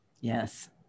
Yes